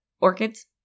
Orchids